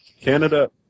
Canada